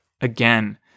again